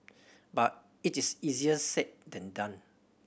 but it is easier said than done